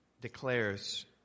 declares